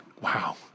Wow